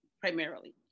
primarily